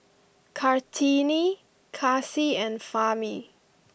Kartini Kasih and Fahmi